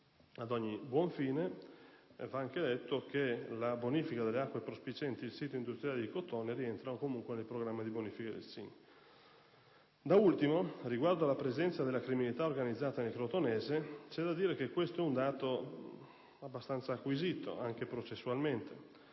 Ad ogni buon fine, si rappresenta che anche la bonifica delle acque prospicienti il sito industriale di Crotone rientra comunque nel programma di bonifica del SIN. Da ultimo, riguardo alla presenza della criminalità organizzata nel Crotonese, c'è da dire che questo è un dato abbastanza acquisito, anche processualmente.